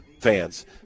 fans